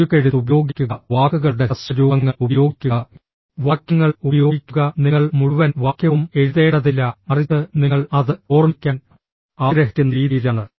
ചുരുക്കെഴുത്ത് ഉപയോഗിക്കുക വാക്കുകളുടെ ഹ്രസ്വ രൂപങ്ങൾ ഉപയോഗിക്കുക വാക്യങ്ങൾ ഉപയോഗിക്കുക നിങ്ങൾ മുഴുവൻ വാക്യവും എഴുതേണ്ടതില്ല മറിച്ച് നിങ്ങൾ അത് ഓർമ്മിക്കാൻ ആഗ്രഹിക്കുന്ന രീതിയിലാണ്